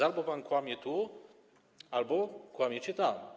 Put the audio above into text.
Albo pan kłamie tu, albo kłamiecie tam.